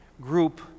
group